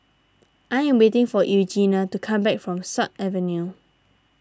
I am waiting for Eugenia to come back from Sut Avenue